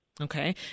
Okay